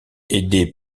aidé